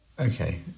Okay